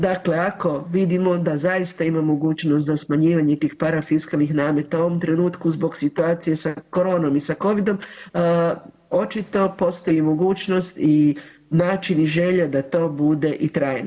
Dakle, ako vidimo da zaista imamo mogućnost za smanjivanje tih parafiskalnih nameta u ovom trenutku zbog situacije sa koronom i sa Covidom, očito postoji mogućnost i način i želja da to bude i trajno.